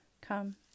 Come